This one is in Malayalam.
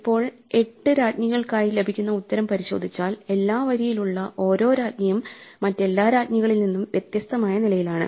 ഇപ്പോൾ 8 രാജ്ഞികൾക്കായി ലഭിക്കുന്ന ഉത്തരം പരിശോധിച്ചാൽ എല്ലാ വരിയിലുള്ള ഓരോ രാജ്ഞിയും മറ്റെല്ലാ രാജ്ഞികളിൽ നിന്നും വ്യത്യസ്തമായ നിരയിലാണ്